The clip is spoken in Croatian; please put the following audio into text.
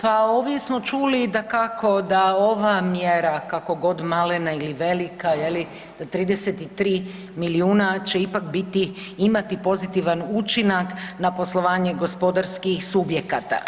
pa ovdje smo čuli dakako da ova mjera kako god malena ili velika, da 33 milijuna će ipak biti, imati pozitivan učinak na poslovanje gospodarskih subjekata.